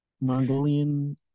Mongolian